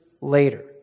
later